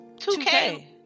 2K